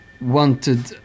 wanted